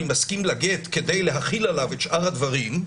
אני מסכים לגט כדי להחיל עליו את שאר הדברים,